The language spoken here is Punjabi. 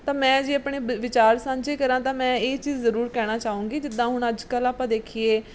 ਤਾਂ ਮੈਂ ਜੇ ਆਪਣੇ ਵਿ ਵਿਚਾਰ ਸਾਂਝੇ ਕਰਾਂ ਤਾਂ ਮੈਂ ਇਹ ਚੀਜ਼ ਜ਼ਰੂਰ ਕਹਿਣਾ ਚਾਹਾਂਗੀ ਜਿੱਦਾਂ ਹੁਣ ਅੱਜ ਕੱਲ੍ਹ ਆਪਾਂ ਦੇਖੀਏ